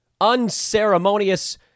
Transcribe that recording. unceremonious